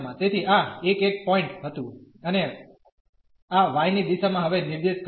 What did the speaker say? તેથી આ 1 1 પોઇન્ટ હતું અને આ y ની દિશામાં હવે નિર્દેશ કરીને